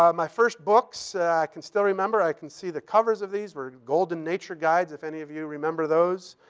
um my first books, i can still remember i can see the covers of these were gold and nature guides, if any of you remember those.